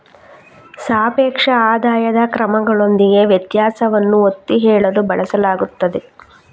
ಸಾಪೇಕ್ಷ ಆದಾಯದ ಕ್ರಮಗಳೊಂದಿಗೆ ವ್ಯತ್ಯಾಸವನ್ನು ಒತ್ತಿ ಹೇಳಲು ಬಳಸಲಾಗುತ್ತದೆ